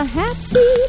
happy